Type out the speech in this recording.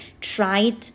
tried